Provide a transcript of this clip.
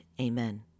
Amen